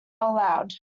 allowed